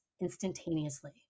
instantaneously